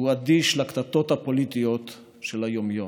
והוא אדיש לקטטות הפוליטיות של היום-יום.